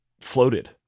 floated